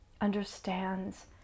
understands